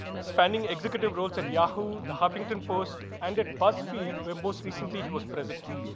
spanning executive roles at yahoo, the huffington post and at buzzfeed, where most recently he was president.